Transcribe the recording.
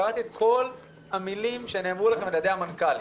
קראתי את כל המילים שנאמרו לכם על ידי המנכ"לים.